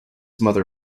mother